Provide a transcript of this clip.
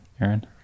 Aaron